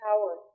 Power